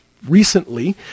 recently